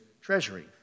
treasury